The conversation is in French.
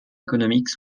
économiques